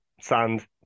sand